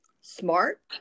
smart